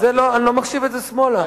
אני לא מחשיב את זה שמאלה.